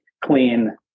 clean